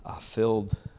filled